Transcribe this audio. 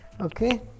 Okay